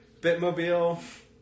Bitmobile